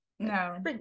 no